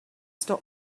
stop